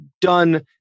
done